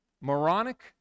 Moronic